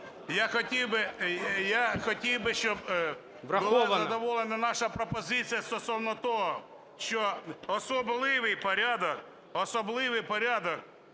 я хотів би, щоб була задоволена наша пропозиція стосовно того, що особливий порядок притягнення